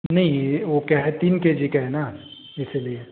नहीं वह क्या है तीन के जी का है ना इसीलिए